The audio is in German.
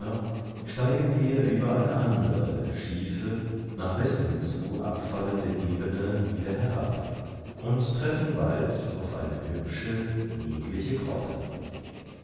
steigen wir über eine andere schiefe nach westen zu abfallende ebene wieder herab und treffen bald auf eine hübsche niedliche grotte